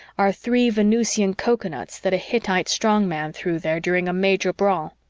are three venusian coconuts that a hittite strongman threw there during a major brawl.